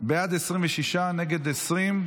הוועדה, נתקבלו.